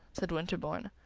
said winterbourne.